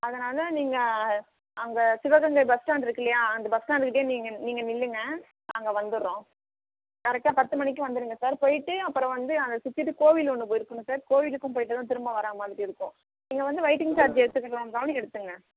அதனால் நீங்கள் அங்கே சிவகங்கை பஸ் ஸ்டாண்ட்ருக்கில்லையா அந்த பஸ் ஸ்டாண்டுக்கிட்டயே நீங்கள் நீங்கள் நில்லுங்கள் நாங்கள் வந்துறோம் கரெக்டாக பத்து மணிக்கு வந்துருங்க சார் போயிவிட்டு அப்புறம் வந்து அங்கே சுற்றிட்டு கோவில் ஒன்று போயிருக்கணும் சார் கோவிலுக்கும் போயிவிட்டு தான் திரும்ப வரா மாதிரி இருக்கும் நீங்கள் வந்து வெயிட்டிங் சார்ஜ் எடுத்துக்கிறதா இருந்தாலும் எடுத்துங்க